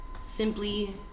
simply